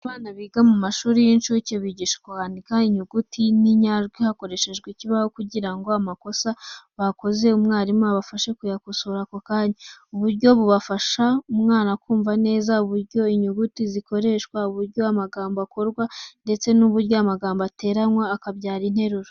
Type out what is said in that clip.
Abana biga mu mashuri y'inshuke bigishwa kwandika inyuguti n'injyajwi hakoreshejwe ikibaho, kugira ngo amakosa bakoze umwarimu abafashe kuyakosora ako kanya. Ubu buryo bufasha umwana kumva neza uburyo inyuguti zikoreshwa, uburyo amagambo akorwa, ndetse n'uburyo amagambo ateranywa akabyara interuro.